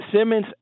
Simmons